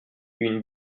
une